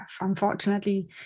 Unfortunately